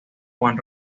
juan